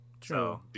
True